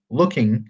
looking